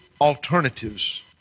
alternatives